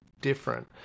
different